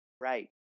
right